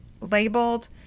labeled